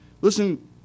Listen